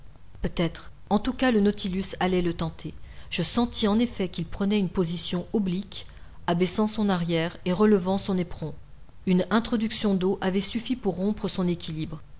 peut-être en tout cas le nautilus allait le tenter je sentis en effet qu'il prenait une position oblique abaissant son arrière et relevant son éperon une introduction d'eau avait suffi pour rompre son équilibre